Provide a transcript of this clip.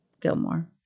Gilmore